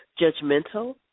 judgmental